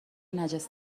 نجس